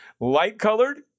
light-colored